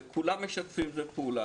וכולם משתפים פעולה,